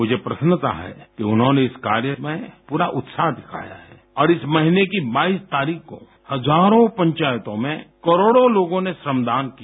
मुझे प्रसन्नता है कि उन्होंने इस कार्य में पूरा उत्साह दिखाया है और इस महीने की बाईस तारीख को हजारों पंचायतों में करोड़ों लोगों ने श्रमदान किया